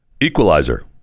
Equalizer